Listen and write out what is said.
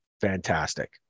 fantastic